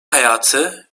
hayatı